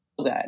good